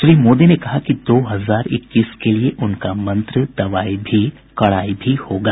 श्री मोदी ने कहा कि दो हजार इक्कीस के लिए उनका मंत्र दवाई भी कड़ाई भी होगा